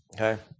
Okay